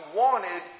wanted